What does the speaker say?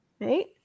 right